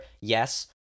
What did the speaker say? yes